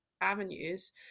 avenues